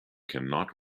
cannot